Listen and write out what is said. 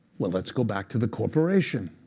well, let's go back to the corporation,